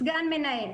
סגן מנהל,